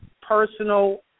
personal